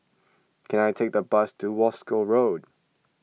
can I take a bus to Wolskel Road